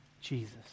Jesus